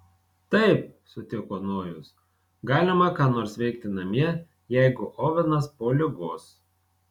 taip sutiko nojus galima ką nors veikti namie jeigu ovenas po ligos